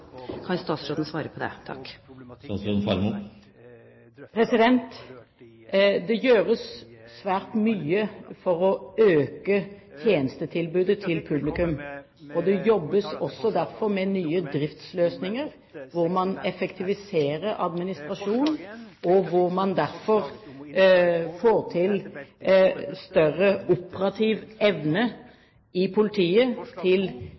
Kan statsråden svare på det? Det gjøres svært mye for å øke tjenestetilbudet til publikum. Det jobbes også derfor med nye driftsløsninger, hvor man effektiviserer administrasjonen og dermed får til større operativ